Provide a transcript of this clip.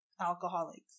alcoholics